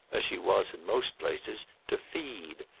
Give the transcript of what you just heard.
as she was in most places, to feed.